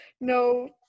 No